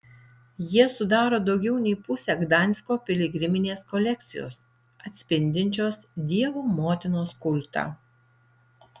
jie sudaro daugiau nei pusę gdansko piligriminės kolekcijos atspindinčios dievo motinos kultą